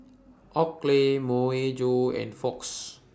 Oakley Myojo and Fox